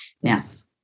Yes